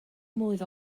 mlwydd